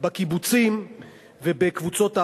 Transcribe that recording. בקיבוצים ובקבוצות ההכשרה,